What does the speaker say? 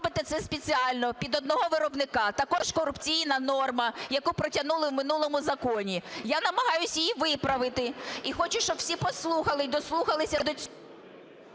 Дякую.